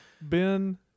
Ben